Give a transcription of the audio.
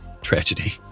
tragedy